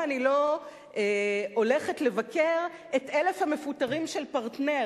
אני לא הולכת לבקר את אלה שמפוטרים עכשיו ב"פרטנר",